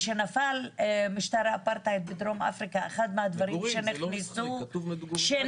מי שהפריע זה חברת הכנסת עאידה תומא סולימן שאתה